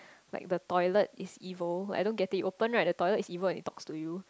like the toilet is evil I don't get it open right the toilet is evil it talks to you